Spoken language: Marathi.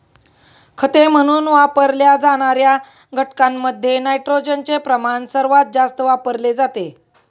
खते म्हणून वापरल्या जाणार्या घटकांमध्ये नायट्रोजनचे प्रमाण सर्वात जास्त वापरले जाते